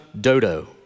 Dodo